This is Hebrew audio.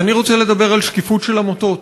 אני רוצה לדבר על שקיפות של עמותות,